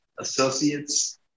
Associates